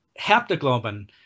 haptoglobin